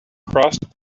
crossed